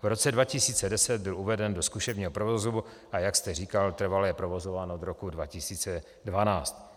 V roce 2010 byl uveden do zkušebního provozu, a jak jste říkal, trvale je provozován od roku 2012.